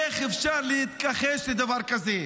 איך אפשר להתכחש לדבר כזה?